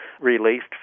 released